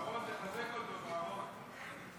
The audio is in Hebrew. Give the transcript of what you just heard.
בוארון, תחזק אותו, בוארון.